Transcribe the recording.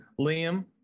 Liam